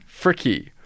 fricky